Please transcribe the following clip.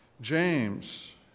James